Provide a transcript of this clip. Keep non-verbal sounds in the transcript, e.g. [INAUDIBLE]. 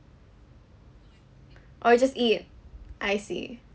[BREATH] oh you just eat I see